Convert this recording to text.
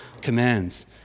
commands